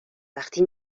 وقتی